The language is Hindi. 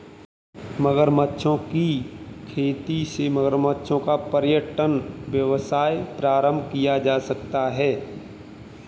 मगरमच्छों की खेती से मगरमच्छों का पर्यटन व्यवसाय प्रारंभ किया जा सकता है